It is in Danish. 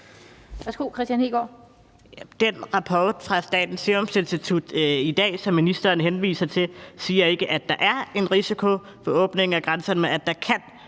Den rapport fra Statens Serum Institut i dag, som ministeren henviser til, siger ikke, at der er en risiko ved åbning af grænserne, men at der kan